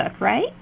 right